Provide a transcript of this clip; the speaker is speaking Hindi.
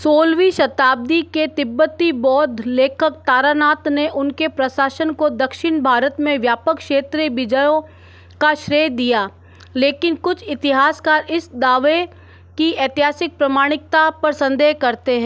सोलहवीं शताब्दी के तिब्बती बौद्ध लेखक तारानाथ ने उनके प्रशासन को दक्षिण भारत में व्यापक क्षेत्रीय विजयों का श्रेय दिया लेकिन कुछ इतिहासकार इस दावे की ऐतिहासिक प्रामाणिकता पर संदेह करते हैं